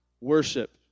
worship